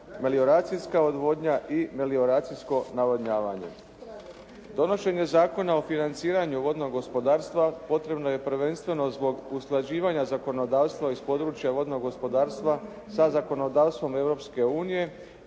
melioracijska odvodnja i melioracijsko navodnjavanje. Donošenje Zakona o financiranju vodnog gospodarstva potrebno je prvenstveno zbog usklađivanja zakonodavstva iz područja vodnog gospodarstva sa zakonodavstvom